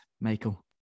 Michael